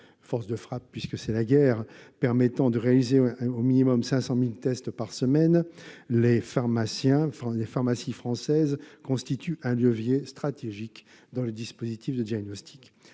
force de frappe- puisque c'est la guerre, nous dit-on ! -permettant de réaliser au minimum 500 000 tests par semaine, les pharmacies françaises représentent un levier stratégique dans le dispositif de diagnostic.